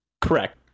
Correct